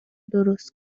درست